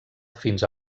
fins